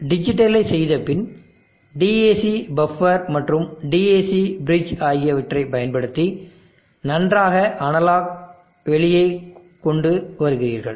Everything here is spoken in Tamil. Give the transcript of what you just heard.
பின்னர் டிஜிட்டலைச் செய்தபின் DAC பஃபர் மற்றும் DAC பிரிட்ஜ் ஆகியவற்றைப் பயன்படுத்தி நன்றாக அனலாக்கை வெளியே கொண்டு வருகிறீர்கள்